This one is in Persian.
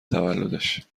تولدش